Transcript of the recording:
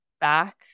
back